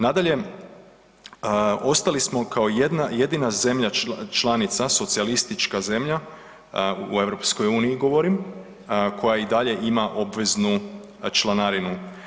Nadalje, ostali smo kao jedna jedina zemlja članica socijalistička zemlja u EU govorim koja i dalje ima obveznu članarinu.